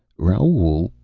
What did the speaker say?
raoul,